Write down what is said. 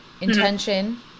intention